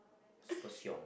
super siong